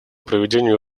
проведению